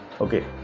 Okay